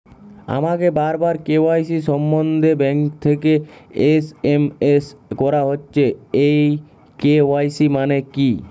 আমাকে বারবার কে.ওয়াই.সি সম্বন্ধে ব্যাংক থেকে এস.এম.এস করা হচ্ছে এই কে.ওয়াই.সি মানে কী?